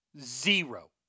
Zero